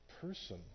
person